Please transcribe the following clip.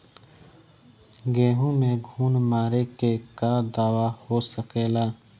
गेहूँ में घुन मारे के का दवा हो सकेला?